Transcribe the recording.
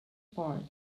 part